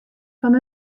fan